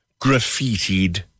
graffitied